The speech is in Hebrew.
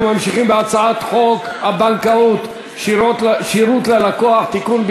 אנחנו ממשיכים בהצעת חוק הבנקאות (שירות ללקוח) (תיקון,